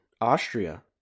Austria